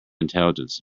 intelligence